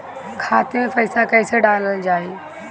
खाते मे पैसा कैसे डालल जाई?